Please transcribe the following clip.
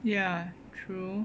ya true